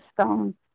stone